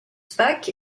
spaak